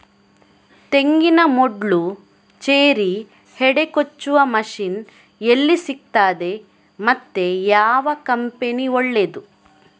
ತೆಂಗಿನ ಮೊಡ್ಲು, ಚೇರಿ, ಹೆಡೆ ಕೊಚ್ಚುವ ಮಷೀನ್ ಎಲ್ಲಿ ಸಿಕ್ತಾದೆ ಮತ್ತೆ ಯಾವ ಕಂಪನಿ ಒಳ್ಳೆದು?